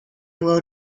will